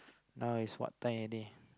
now is what time already